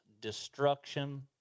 destruction